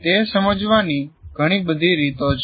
તે સમજવાની ઘણી બધી રીતો છે